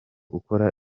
ukora